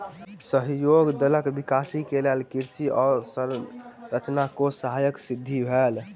सहयोग दलक विकास के लेल कृषि अवसंरचना कोष सहायक सिद्ध भेल